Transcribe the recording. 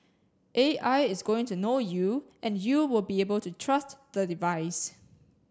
A I is going to know you and you will be able to trust the device